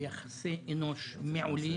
ביחסי אנוש מעולים,